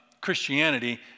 Christianity